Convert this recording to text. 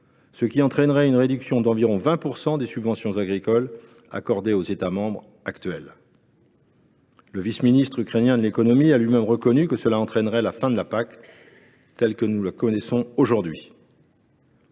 ce qui entraînerait une réduction d’environ 20 % des subventions agricoles accordées aux États membres actuels. Le vice ministre ukrainien de l’économie a lui même reconnu que cela entraînerait la fin de la PAC telle que nous la connaissons aujourd’hui.